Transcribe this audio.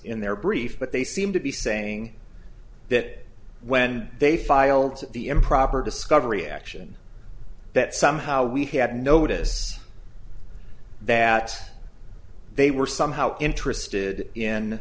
in their brief but they seem to be saying that when they filed the improper discovery action that somehow we had notice that they were somehow interested in